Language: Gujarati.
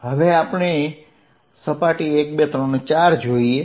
હવે આપણે સપાટી 1 2 3 4 જોઈએ